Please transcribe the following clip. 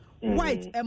white